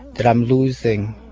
but i'm losing